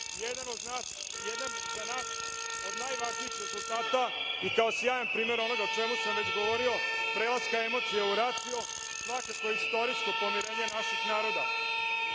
napredak. Jedan za nas od najvažnijih rezultata i kao sjajan primer onoga o čemu sam već govorio prelaska emocija u racio svakako je istorijsko pomirenje naših naroda.